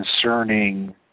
concerning